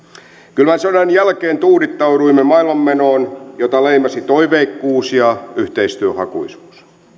kylmän sodan jälkeen tuudittauduimme maailmanmenoon jota leimasi toiveikkuus ja yhteistyöhakuisuus